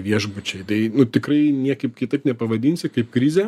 viešbučiai tai tikrai niekaip kitaip nepavadinsi kaip krizė